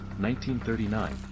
1939